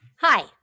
Hi